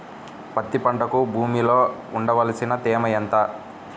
పత్తి పంటకు భూమిలో ఉండవలసిన తేమ ఎంత?